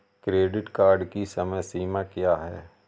Credit card की समय सीमा क्या है?